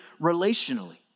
relationally